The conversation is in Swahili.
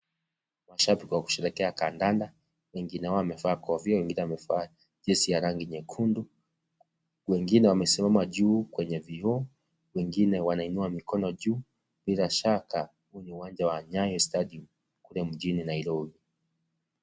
Mashabiki wakusherehekea kandanda wengine wao wamevaa kofia wengine wamevaa jezi ya rangi nyekundu wengine wamesimama juu kwenye vioo wengine wanainua mikono juu bila shaka huu ni uwanja wa Nyayo Stadium kule mjini Nairobi.